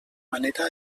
manera